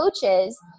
coaches